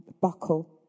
buckle